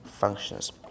functions